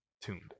tuned